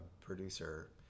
producer